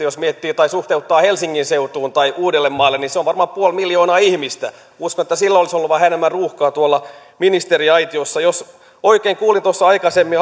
jos miettii tai suhteuttaa tämän lähes seitsemänkymmentätuhatta ihmistä helsingin seutuun tai uudellemaalle niin se on varmaan sama kuin puoli miljoonaa ihmistä uskon että silloin olisi ollut vähän enemmän ruuhkaa tuolla ministeriaitiossa jos oikein kuulin tuossa aikaisemmin